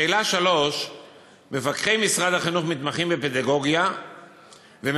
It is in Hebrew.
3. מפקחי משרד החינוך מתמחים בפדגוגיה ומפקחים